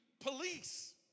Police